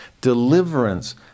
deliverance